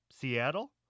Seattle